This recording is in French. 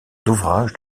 d’ouvrages